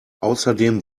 außerdem